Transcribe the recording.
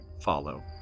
follow